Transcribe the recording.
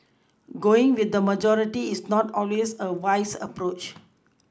going with the majority is not always a wise approach